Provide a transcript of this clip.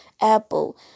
Apple